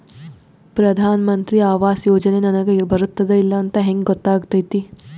ಪ್ರಧಾನ ಮಂತ್ರಿ ಆವಾಸ್ ಯೋಜನೆ ನನಗ ಬರುತ್ತದ ಇಲ್ಲ ಅಂತ ಹೆಂಗ್ ಗೊತ್ತಾಗತೈತಿ?